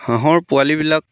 হাঁহৰ পোৱালিবিলাক